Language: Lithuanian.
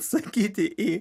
sakyti į